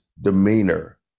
demeanor